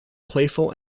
playful